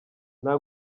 nta